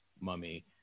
mummy